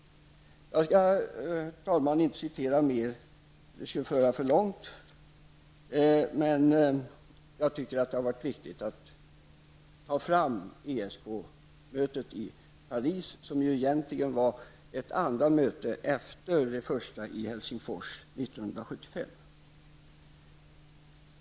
Herr talman, jag skall inte citera mera -- det skulle föra för långt. Men det har varit viktigt att nämna ESK-mötet i Paris, som egentligen är ett andra möte efter det första i Helsingfors 1975.